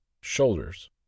shoulders